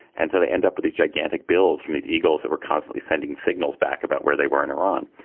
and so they end up with these gigantic bills from these eagles that were constantly sending signals back about where they were in iran.